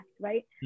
right